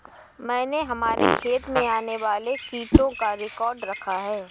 मैंने हमारे खेत में आने वाले कीटों का रिकॉर्ड रखा है